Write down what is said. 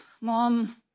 Mom